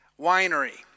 winery